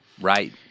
Right